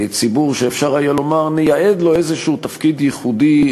ציבור שאפשר היה לומר שנייעד לו איזה תפקיד ייחודי,